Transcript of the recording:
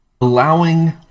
allowing